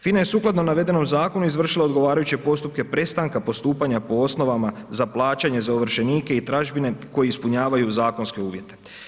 FINA je sukladno navedenom zakonu izvršila odgovarajuće postupke prestanka postupanja po osnovama za plaćanje za ovršenike i tražbine koje ispunjavaju zakonske uvjete.